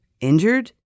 Injured